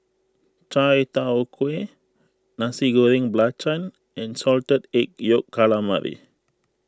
Chai Tow Kway Nasi Goreng Belacan and Salted Egg Yolk Calamari